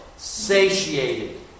Satiated